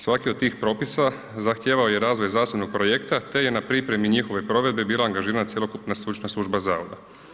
Svaki od tih propisa zahtijevao je razvoj zasebnog projekta, te je na pripremi njihove provedbe bila angažirana cjelokupna stručna služba zavoda.